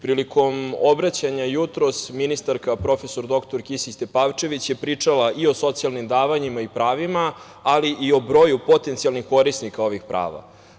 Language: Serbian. Prilikom obraćanja jutros ministarka prof. dr Kisić Tepavčević je pričala i o socijalnim davanjima i pravima, ali i o broju potencijalnih korisnika ovih prava.